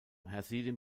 hasidim